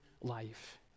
life